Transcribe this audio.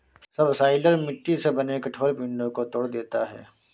subsoiler मिट्टी से बने कठोर पिंडो को तोड़ देता है